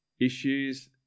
issues